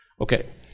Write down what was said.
Okay